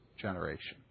generation